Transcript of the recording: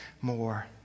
more